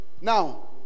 Now